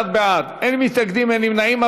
31 בעד, אין מתנגדים, אין נמנעים.